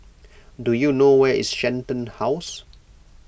do you know where is Shenton House